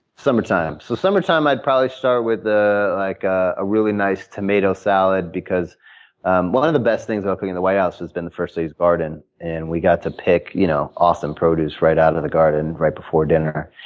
summertime. so summertime, i'd probably start with a like ah really nice tomato salad because and one of the best things about being in the white house has been the first lady's garden. and we got to pick you know awesome produce right out of the garden right before dinner.